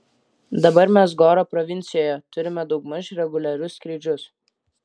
dabar mes goro provincijoje turime daugmaž reguliarius skrydžius